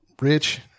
rich